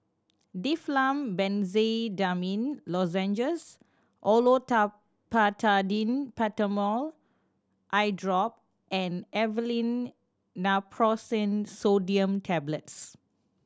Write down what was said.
Difflam Benzydamine Lozenges Olopatadine Patanol Eyedrop and Aleve Naproxen Sodium Tablets